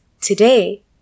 Today